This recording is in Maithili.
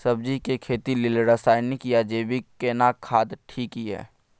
सब्जी के खेती लेल रसायनिक या जैविक केना खाद ठीक ये?